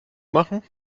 machen